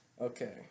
Okay